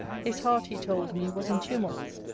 his heart, he told me, was in tumults,